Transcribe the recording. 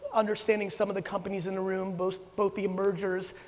understanding some of the companies in the room both, both the emergers,